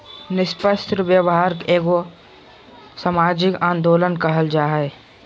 निस्पक्ष व्यापार एगो सामाजिक आंदोलन कहल जा हइ